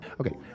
Okay